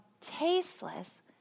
tasteless